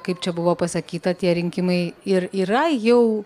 kaip čia buvo pasakyta tie rinkimai ir yra jau